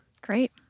Great